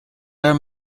i’m